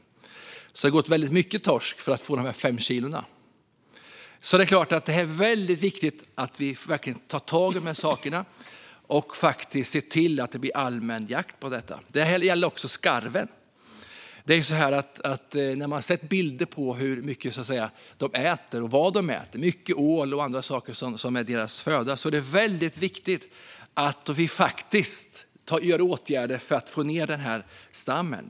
Det går därför åt väldigt mycket torsk för att få ihop fem kilo mat. Det är därför väldigt viktigt att vi tar tag i dessa saker och ser till att allmän jakt införs. Det här gäller även skarven. Vi har sett bilder på hur mycket de äter och vad de äter. Det är mycket ål, men även annat utgör deras föda. Det är viktigt att vi vidtar åtgärder för att få ned stammen.